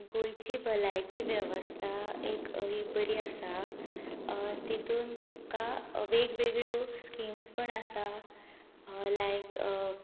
गोंयची भलायकी वेवस्था एक ही बरी आसा तातूंत तुका वेगळ्योवेगळ्यो स्किम्स पण आसा लायक